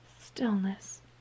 Stillness